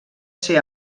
ser